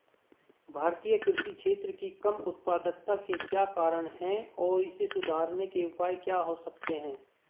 भारतीय कृषि क्षेत्र की कम उत्पादकता के क्या कारण हैं और इसे सुधारने के उपाय क्या हो सकते हैं?